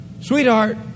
Sweetheart